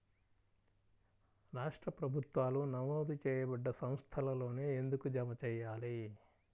రాష్ట్ర ప్రభుత్వాలు నమోదు చేయబడ్డ సంస్థలలోనే ఎందుకు జమ చెయ్యాలి?